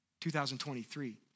2023